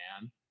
man